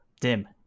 dim